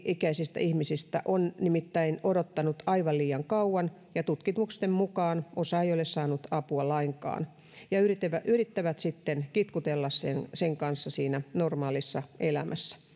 ikäisistä ihmisistä ovat nimittäin odottaneet aivan liian kauan ja tutkimusten mukaan osa ei ei ole saanut apua lainkaan ja he yrittävät sitten kitkutella sen sen kanssa siinä normaalissa elämässä